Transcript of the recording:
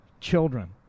children